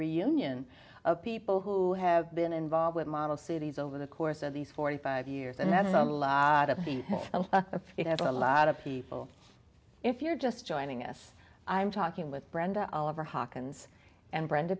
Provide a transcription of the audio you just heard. reunion of people who have been involved with model cities over the course of these forty five years and that's a lot of it has a lot of people if you're just joining us i'm talking with brenda oliver hawkins and brenda